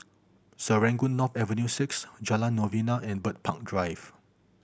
Serangoon North Avenue Six Jalan Novena and Bird Park Drive